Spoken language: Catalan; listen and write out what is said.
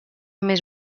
més